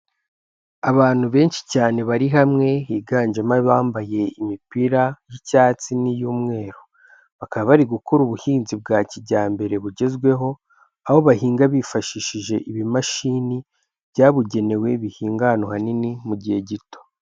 Abantu benshi cyane bari hamwe, higanjemo abambaye imipira y'icyatsi n'iy'umweru, bakaba bari gukora ubuhinzi bwa kijyambere bugezweho, aho bahinga bifashishije ibimashini, byabugenewe bihinga ahantu ahanini, mu gihe gito.